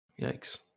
Yikes